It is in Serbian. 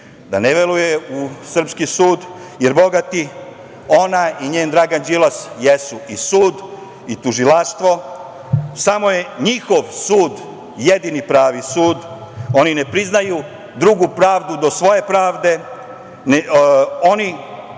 da ne veruje u srpski sud, jer ona i njen Dragan Đilas jesu i sud i tužilaštvo, samo je njihov sud jedini pravi sud. Oni ne priznaju drugu pravdu do svoje pravde. Oni